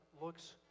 looks